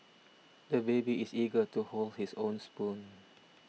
the baby is eager to hold his own spoon